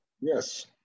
Yes